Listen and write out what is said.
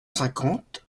cinquante